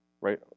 right